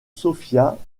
sofia